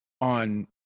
on